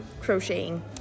crocheting